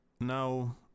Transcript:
now